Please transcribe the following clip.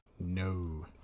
No